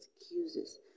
excuses